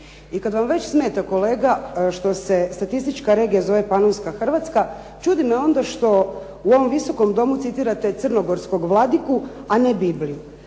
I kad vam već smeta kolega što se statistička regija zove panonska Hrvatska čudi me onda što u ovom Visokom domu citirate crnogorskog vladiku, a ne Bibliju